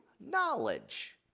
knowledge